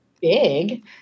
big